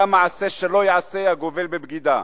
עשתה מעשה שלא ייעשה הגובל בבגידה.